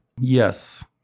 Yes